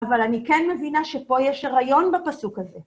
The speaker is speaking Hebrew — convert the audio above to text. אבל אני כן מבינה שפה יש הריון בפסוק הזה.